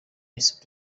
ice